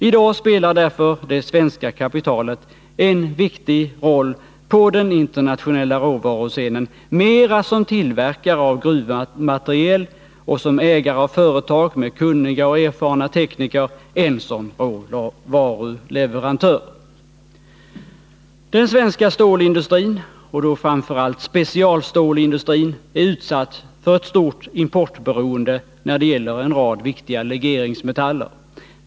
I dag spelar därför det svenska kapitalet en viktig roll på den internationella råvaruscenen mera som tillverkare av gruvmateriel och som ägare av företag med kunniga och erfarna tekniker än som råvaruleverantör. Den svenska stålindustrin och då framför allt specialstålsindustrin är utsatt för ett stort importberoende när det gäller en rad viktiga legeringsmetaller.